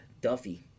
Duffy